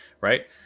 right